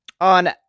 on